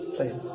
Please